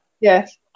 yes